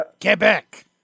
Quebec